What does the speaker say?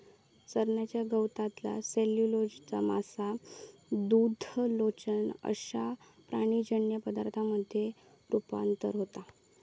चरण्याच्या गवतातला सेल्युलोजचा मांस, दूध, लोकर अश्या प्राणीजन्य पदार्थांमध्ये रुपांतर होता